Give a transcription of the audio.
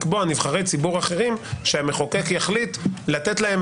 לקבוע נבחרי ציבור אחרים שהמחוקק יחליט לתת להם